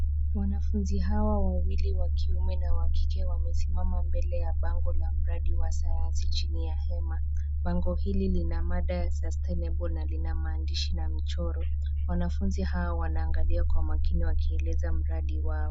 Wanafunzi hawa wawili wa kiume na wa kike wamesimama mbele ya bango la mradi wa sayansi chini ya hema. Bango hili lina madaa ya sustainable na lina maandishi ya michoro. Wanafunzi hawa wanaangalia kwa makini wakieleza mradi wao.